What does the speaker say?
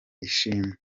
ishimwe